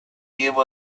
give